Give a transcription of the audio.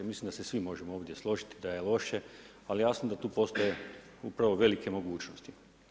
Mislim da se svi možemo ovdje složiti da je loše, ali jasno da tu postoje upravo velike mogućnosti.